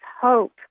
hope